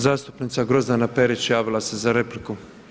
Zastupnica Grozdana Perić javila se za repliku.